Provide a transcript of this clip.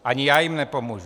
Ani já jim nepomůžu.